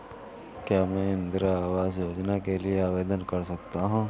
क्या मैं इंदिरा आवास योजना के लिए आवेदन कर सकता हूँ?